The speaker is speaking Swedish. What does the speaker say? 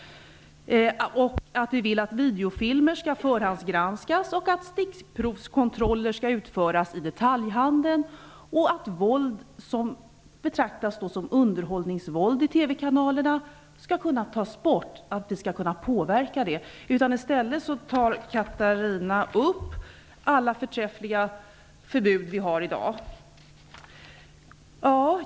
Vi vill att videofilmer skall förhandsgranskas, stickprovskontroller skall utföras i detaljhandeln och våld som betraktas som underhållningsvåld i TV-kanalerna skall kunna tas bort. Vi skall kunna påverka det. I stället tar Catarina Rönnung upp alla förträffliga förbud vi har i dag.